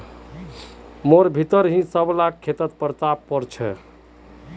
मोहिटर सब ला खेत पत्तर पोर छे